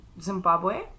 Zimbabwe